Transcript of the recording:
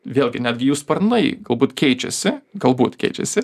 vėlgi netgi jų sparnai galbūt keičiasi galbūt keičiasi